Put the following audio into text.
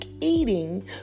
eating